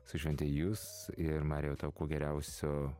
su švente jus ir marijau tau kuo geriausio